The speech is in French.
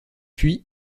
puis